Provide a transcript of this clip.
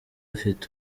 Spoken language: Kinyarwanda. afite